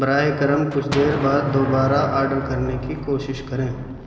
براہ کرم کچھ دیر بعد دوبارہ آڈر کرنے کی کوشش کریں